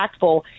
impactful